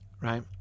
right